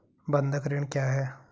बंधक ऋण क्या है?